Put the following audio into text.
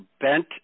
bent